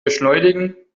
beschleunigen